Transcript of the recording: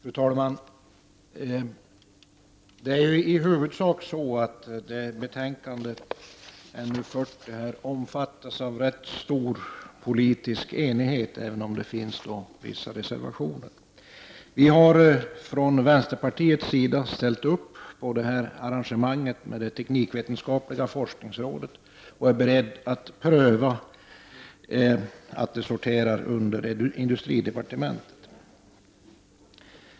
Fru talman! Det råder en ganska stor politisk enighet om näringsutskottets betänkande 40, även om det har fogats en del reservationer till betänkandet. Vi i vänsterpartiet har ställt oss bakom arrangemanget med det teknikve tenskapliga forskningsrådet, och vi är beredda att gå med på att det på prov skall sortera under industridepartementet.